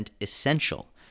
essential